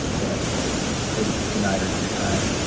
but they've denied her each time.